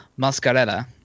Mascarella